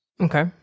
Okay